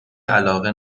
علاقه